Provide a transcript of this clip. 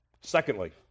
Secondly